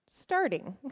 starting